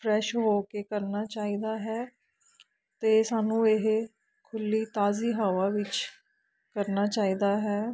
fresh ਹੋ ਕੇ ਕਰਨਾ ਚਾਹੀਦਾ ਹੈ ਅਤੇ ਸਾਨੂੰ ਇਹ ਖੁੱਲ੍ਹੀ ਤਾਜ਼ੀ ਹਵਾ ਵਿੱਚ ਕਰਨਾ ਚਾਹੀਦਾ ਹੈ